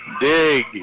Dig